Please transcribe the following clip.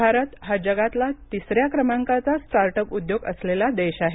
भारत हा जगातला तिसऱ्या क्रमांकाचा स्टार्ट अप उद्योग असलेला देश आहे